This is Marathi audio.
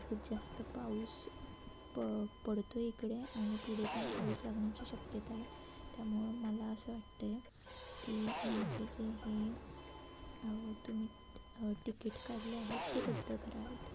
खूप जास्त पाऊस प पडतो आहे इकडे आणि पुढे पण पाऊस लागण्याची शक्यता आहे त्यामुळं मला असं वाटतं आहे की माझे जे हे तुम्ही टिकीट काढले आहेत ते रद्द करावेत